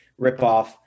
ripoff